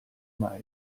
mai